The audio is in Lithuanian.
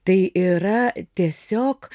tai yra tiesiog